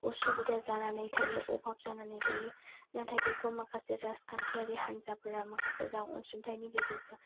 उसुबिदा जानानै थायो अबाब जानानै थायो नाथाय बेखौ माखासे राजखान्थियारि हान्जाफोरा माखासे रां अनसुंथाइनि गेजेरजों जोंनो हाय